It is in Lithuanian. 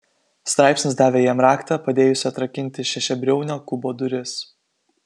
straipsnis davė jam raktą padėjusį atrakinti šešiabriaunio kubo duris